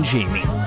Jamie